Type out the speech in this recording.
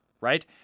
right